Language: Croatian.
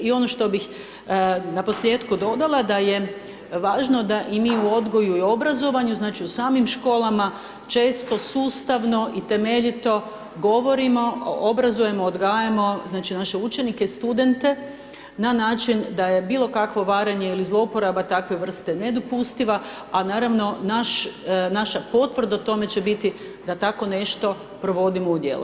I ono što bih na posljetku dodala, da je važno da i mi u odgoju i obrazovanju, znači u samim školama često sustavno i temeljito govorimo, obrazujemo, odgajamo, znači naše učenike studente na način da je bilo kakvo varanje ili zlouporaba takve vrst nedopustiva, a naravno naš, naša potvrda o tome će biti da tako nešto provodimo u djelo.